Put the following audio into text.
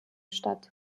statt